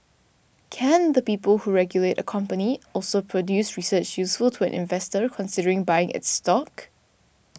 Can the people who regulate a company also produce research useful to an investor considering buying its stock